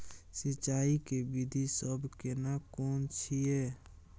सिंचाई के विधी सब केना कोन छिये?